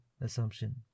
assumption